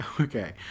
Okay